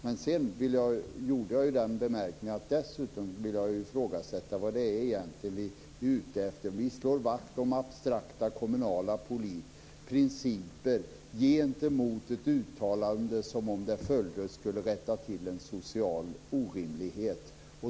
Sedan gjorde jag den anmärkningen att jag dessutom vill ifrågasätta vad det egentligen är vi är ute efter. Vi slår vakt om abstrakta kommunala principer med anledning av ett uttalande som, om det följdes, skulle rätta till en social orimlighet.